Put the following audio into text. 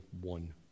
one